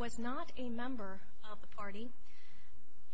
was not a member of the party